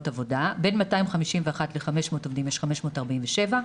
ל-500 עובדים יש 547,